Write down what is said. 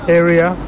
area